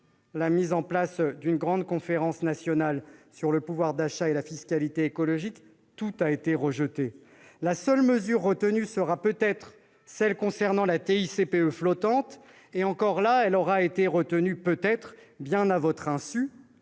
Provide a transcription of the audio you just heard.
mise en place d'une grande conférence nationale sur le pouvoir d'achat et la fiscalité écologique. Tout a été rejeté ! La seule mesure retenue sera peut-être celle concernant la TICPE flottante et, encore, elle aura peut-être été retenue bien à votre insu.